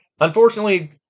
Unfortunately